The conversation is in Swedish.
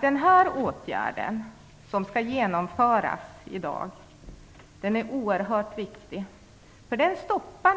Den åtgärd som skall genomföras i dag är oerhört viktig. Den stoppar